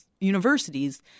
universities